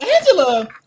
Angela